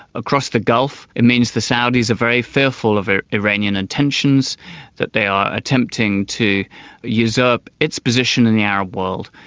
across the gulf it means the saudis are very fearful of iranian intentions that they are attempting to usurp its position in the arab world.